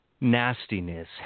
nastiness